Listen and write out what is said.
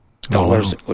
dollars